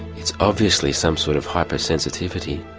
it's obviously some sort of hypersensitivity,